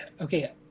okay